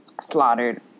slaughtered